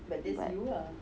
baik